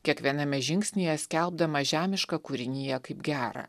kiekviename žingsnyje skelbdamas žemišką kūriniją kaip gerą